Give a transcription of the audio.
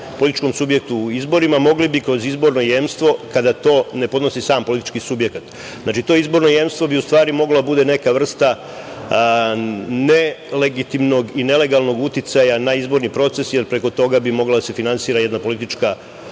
političkom subjektu u izborima mogli bi kroz izborno jemstvo kada to ne podnosi sam politički subjekat. Znači, to izborno jemstvo bi u stvari moglo da bude neka vrsta nelegitimnog i nelegalnog uticaja na izborni proces, jer preko toga bi mogla da se finansira jedna politička